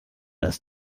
das